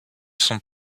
sont